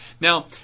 Now